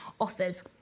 offers